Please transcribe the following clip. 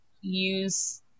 use